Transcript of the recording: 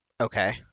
Okay